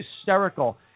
hysterical